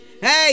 Hey